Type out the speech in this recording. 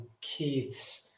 Keith's